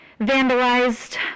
vandalized